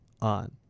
on